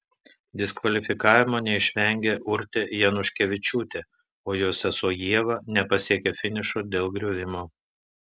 diskvalifikavimo neišvengė urtė januškevičiūtė o jos sesuo ieva nepasiekė finišo dėl griuvimo